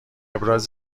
ابراز